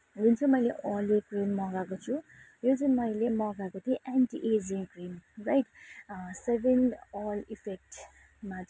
जुन चै मैले ओले क्रिम मगाएको छु यो चाहिँ मैले मगाएको थिएँ anti aging cream right seven all इफेक्टमा चाहिँ